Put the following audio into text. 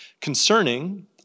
concerning